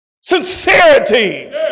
Sincerity